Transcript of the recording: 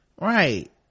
right